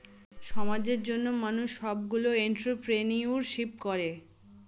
সমাজের জন্য মানুষ সবগুলো এন্ট্রপ্রেনিউরশিপ করে